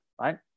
right